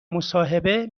مصاحبه